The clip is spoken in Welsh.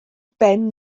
ben